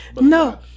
No